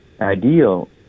ideal